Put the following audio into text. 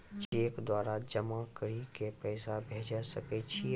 Cheque द्वारा जमा करि के पैसा भेजै सकय छियै?